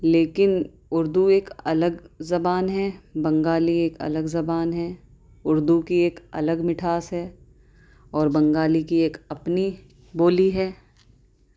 لیکن اردو ایک الگ زبان ہے بنگالی ایک الگ زبان ہے اردو کی ایک الگ مٹھاس ہے اور بنگالی کی ایک اپنی بولی ہے